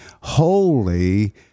holy